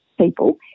People